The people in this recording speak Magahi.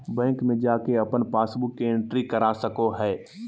बैंक में जाके अपन पासबुक के एंट्री करा सको हइ